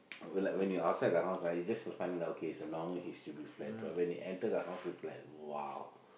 or like when you outside the house ah it's just like find finding like okay it's just a normal H_D_B flat but when you enter the house is like !wow!